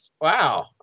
wow